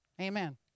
Amen